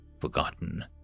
forgotten